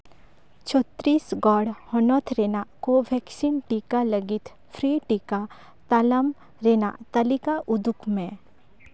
ᱪᱷᱚᱛᱨᱤᱥᱜᱚᱲ ᱦᱚᱱᱚᱛ ᱨᱮᱱᱟᱜ ᱠᱳᱼᱵᱷᱮᱠᱥᱤᱱ ᱴᱤᱠᱟ ᱞᱟᱹᱜᱤᱫ ᱯᱷᱨᱤ ᱴᱤᱠᱟ ᱛᱟᱞᱢᱟ ᱨᱮᱱᱟᱜ ᱛᱟᱹᱞᱤᱠᱟ ᱩᱫᱩᱜᱽ ᱢᱮ